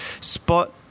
spot